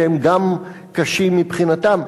שהם גם קשים מבחינתם.